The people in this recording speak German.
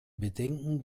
bedenken